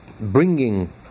bringing